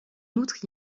outre